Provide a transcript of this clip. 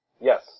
Yes